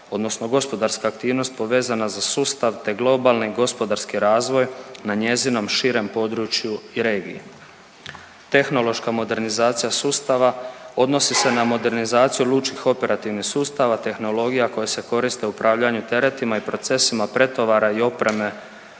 odnosno gospodarska aktivnost povezana za sustav te globalni gospodarski razvoj na njezinom širem području i regiji. Tehnološka modernizacija sustava odnosi se na modernizaciju lučkih operativnih sustava, tehnologija koje se koriste u upravljanju teretima i procesima pretovara i opreme